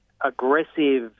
aggressive